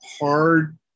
hard